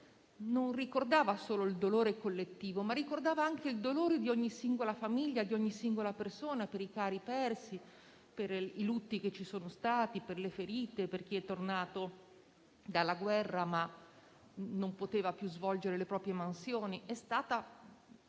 non ricordava solo il dolore collettivo, ma anche il dolore di ogni singola famiglia, di ogni singola persona, i cari persi, i lutti, le ferite di chi era tornato dalla guerra ma non poteva più svolgere le proprie mansioni. È stata